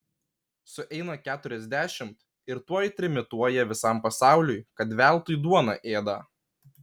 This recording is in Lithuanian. sueina keturiasdešimt ir tuoj trimituoja visam pasauliui kad veltui duoną ėda